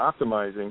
optimizing